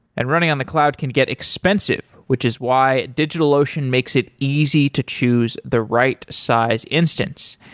and running on the cloud can get expensive, which is why digitalocean makes it easy to choose the right size instance.